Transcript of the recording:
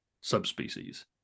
subspecies